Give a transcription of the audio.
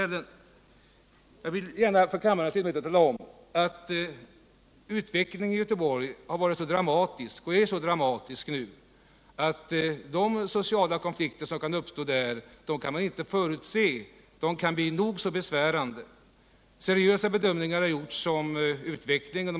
Jag vill gärna för kammarens ledamöter tala om att utvecklingen i Göteborg har varit och är så dramatisk att man inte kan förutse de sociala konflikter som kan uppstå — de kan bli nog så besvärande. Seriösa bedömningar har gjorts av utvecklingen.